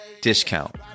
discount